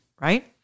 right